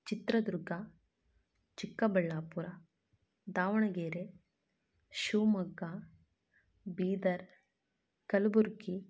Chitradurga Chikkaballapur Davangere Shivamogga Bidar Kalburgi